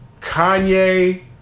Kanye